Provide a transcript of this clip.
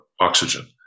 oxygen